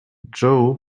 joe